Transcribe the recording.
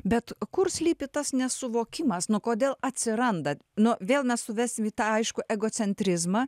bet kur slypi tas nesuvokimas nu kodėl atsiranda nu vėl mes suvesim į tą aišku egocentrizmą